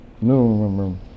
no